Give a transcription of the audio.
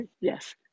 Yes